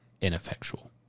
ineffectual